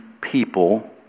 people